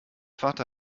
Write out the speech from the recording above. vater